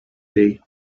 day